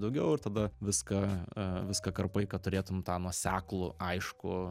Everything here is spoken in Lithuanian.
daugiau ir tada viską viską karpai kad turėtum tą nuoseklų aiškų